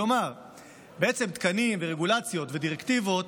כלומר תקנים ורגולציות ודירקטיבות